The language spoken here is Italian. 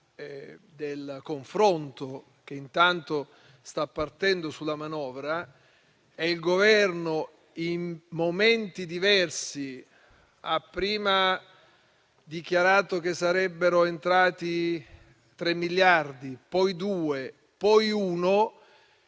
del confronto che sta partendo sulla manovra e il Governo, in momenti diversi, ha dichiarato che sarebbero entrati 3 miliardi, poi 2, poi